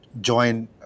join